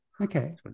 Okay